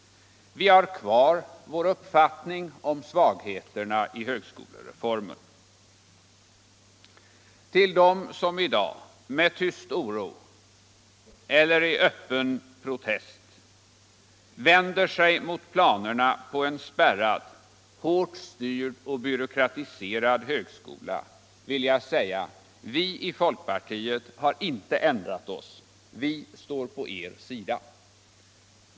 Vi har kvar vår uppfattning om utbildning och forskning svagheterna i högskolereformen. Till dem som i dag med tyst oro eller i Öppen protest vänder sig mot planerna på en spärrad, hårt styrd och byråkratiserad högskola, vill jag säga: Vi i folkpartiet har inte ändrat oss. Vi står på er sida.